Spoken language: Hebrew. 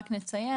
רק נציין,